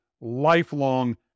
lifelong